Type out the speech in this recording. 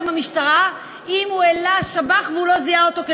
ואני קורא לכם לקבל אותה בקריאה שנייה ובקריאה שלישית.